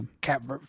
Cap